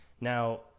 Now